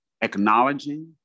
acknowledging